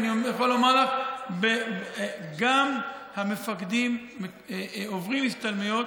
ואני יכול לומר לך שגם המפקדים עוברים השתלמויות.